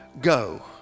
go